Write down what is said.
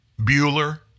Bueller